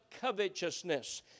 covetousness